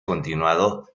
continuado